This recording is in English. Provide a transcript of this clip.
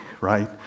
right